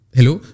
Hello